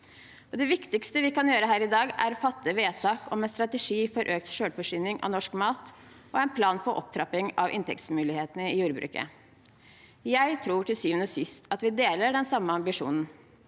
Det viktigste vi kan gjøre her i dag, er å fatte vedtak om en strategi for økt selvforsyning av norsk mat og en plan for opptrapping av inntektsmulighetene i jordbruket. Jeg tror til syvende og sist at vi deler den samme ambisjonen: